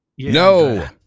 No